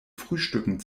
frühstücken